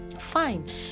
fine